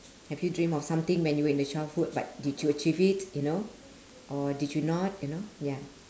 have you dream of something when you were in the childhood but did you achieve it you know or did you not you know ya